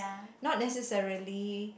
not necessarily